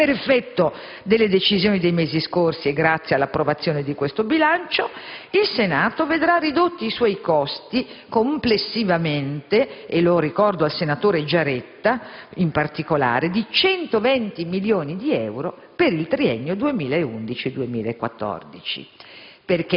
Per effetto delle decisioni dei mesi scorsi e grazie all'approvazione di questo bilancio, il Senato vedrà ridotti i suoi costi complessivamente - e lo ricordo in particolare al senatore Giaretta - di 120 milioni di euro per il triennio 2011-2014.